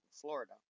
Florida